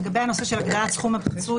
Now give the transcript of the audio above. לגבי הנושא של הגדלת סכום הפיצוי,